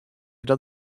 dat